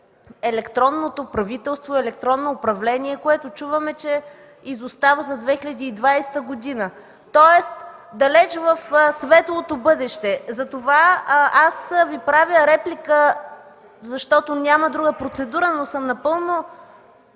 електронното правителство, електронно управление, което чуваме, че изостава за 2020 г. Тоест далеч в светлото бъдеще. Правя Ви реплика, защото няма друга процедура, но съм напълно